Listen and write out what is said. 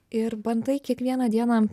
ir bandai kiekvieną dieną